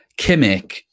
Kimmich